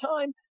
time